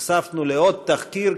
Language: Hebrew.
נחשפנו לעוד תחקיר,